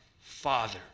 Father